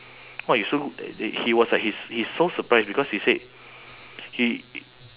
!wah! you so good he was like he's he's so surprised because he said he